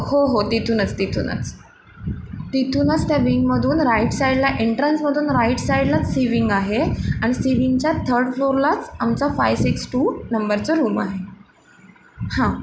हो हो तिथूनच तिथूनच तिथूनच त्या विंगमधून राईट साईडला एन्ट्रन्समधून राईट साईडलाच सी विंग आहे आणि सी विंगच्या थर्ड फ्लोअरलाच आमचा फाय सिक्स टू नंबरचा रूम आहे हां